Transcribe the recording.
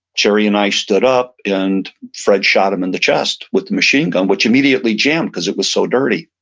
gerry and i stood up and fred shot him in the chest with the machine gun which immediately jammed because it was so dirty.